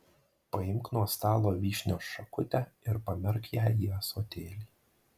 paimk nuo stalo vyšnios šakutę ir pamerk ją į ąsotėlį